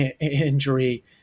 injury